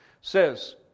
says